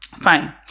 Fine